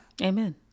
Amen